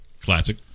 Classic